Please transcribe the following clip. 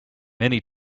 many